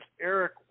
Eric